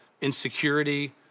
insecurity